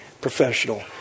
professional